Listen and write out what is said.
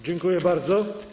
Dziękuję bardzo.